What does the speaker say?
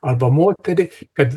arba moterį kad